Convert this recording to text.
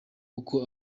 uko